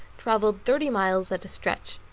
travelled thirty miles at a stretch.